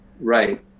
right